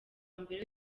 mbere